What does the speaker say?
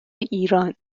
ایران